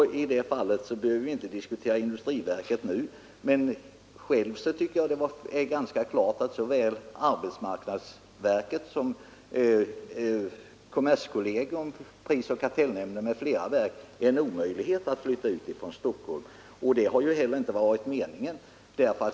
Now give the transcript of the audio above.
Vi behöver inte diskutera industriverket nu, men själv tycker jag att det är ganska klart att det är omöjligt att flytta ut sådana verk som arbetsmarknadsverket, kommerskollegium, prisoch kartellnämnden m.fl. verk. Det har heller inte varit meningen.